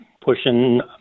pushing